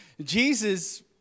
Jesus